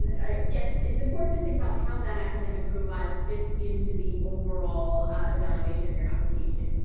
i guess it's important to think about how that academic profile fits into the overall evaluation of your application.